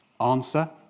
Answer